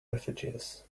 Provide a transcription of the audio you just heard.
refugees